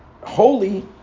holy